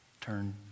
turn